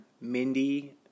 Mindy